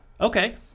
okay